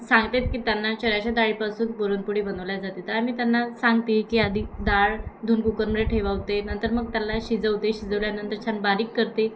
सांगतात की त्यांना चण्याच्या डाळीपासून पुरणपोळी बनवल्या जाते तर आम्ही त्यांना सांगते की आधी डाळ धुऊन कुकरमध्ये ठेवते नंतर मग त्याला शिजवते शिजवल्यानंतर छान बारीक करते